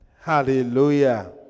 hallelujah